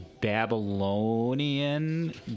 Babylonian